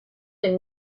del